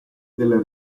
della